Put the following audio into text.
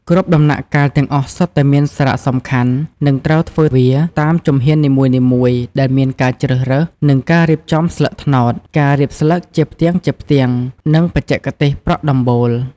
គ្រប់ដំណាក់កាលទាំងអស់សុទ្ធតែមានសារៈសំខាន់និងត្រូវធ្វើវាតាមជំហាននីមួយៗដែលមានការជ្រើសរើស និងការរៀបចំស្លឹកត្នោត ការរៀបស្លឹកជាផ្ទាំងៗ និងបច្ចេកទេសប្រក់ដំបូល។